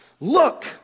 look